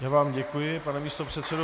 Já vám děkuji, pane místopředsedo.